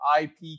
IP